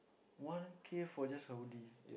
one K for just Audi